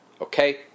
okay